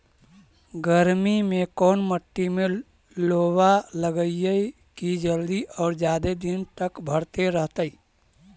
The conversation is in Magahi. गर्मी में कोन मट्टी में लोबा लगियै कि जल्दी और जादे दिन तक भरतै रहतै?